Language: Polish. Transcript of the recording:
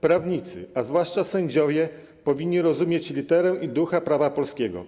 Prawnicy, a zwłaszcza sędziowie, powinni rozumieć literę i ducha prawa polskiego.